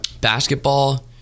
basketball